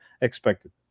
expected